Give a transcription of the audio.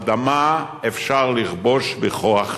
אדמה אפשר לכבוש בכוח צבאי,